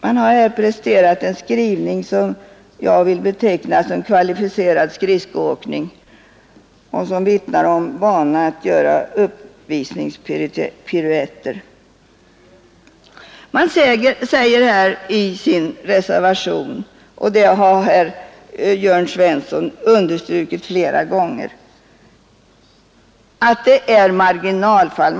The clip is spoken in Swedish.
Man har här presterat en skrivning som jag vill beteckna som kvalificerad skridskoåkning och som vittnar om en vana att göra uppvisningspiruetter. Man säger i sin reservation — och det har herr Jörn Svensson understrukit flera gånger — att det är fråga om marginalfall.